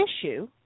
issue